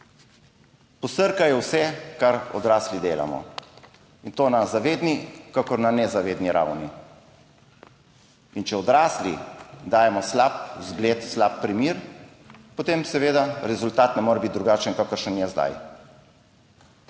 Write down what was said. Posrkajo vse, kar odrasli delamo, in to na zavedni kakor na nezavedni ravni. In če odrasli dajemo slab zgled, slab primer, potem seveda rezultat ne more biti drugačen, kakršen je zdaj.